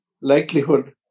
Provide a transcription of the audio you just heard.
likelihood